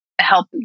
help